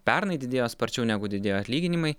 pernai didėjo sparčiau negu didėjo atlyginimai